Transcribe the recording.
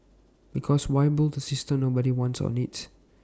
because why build A system nobody wants or needs